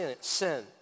sin